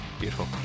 beautiful